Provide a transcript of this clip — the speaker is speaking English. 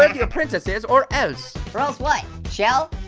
and the princess is or else. or else what, shell?